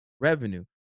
revenue